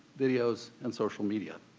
videos, and social media.